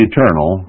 Eternal